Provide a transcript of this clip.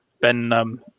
Ben